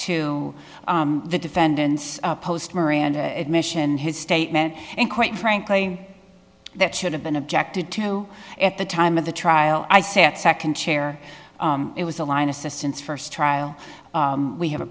to the defendant's post miranda admission his statement and quite frankly that should have been objected to at the time of the trial i sat second chair it was a line assistance first trial we have a